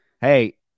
hey